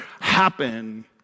happen